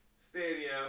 Stadium